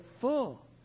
full